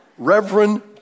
Reverend